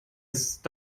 ist